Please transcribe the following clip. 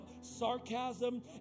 sarcasm